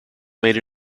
made